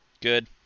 Good